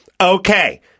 Okay